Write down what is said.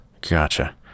gotcha